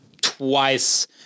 twice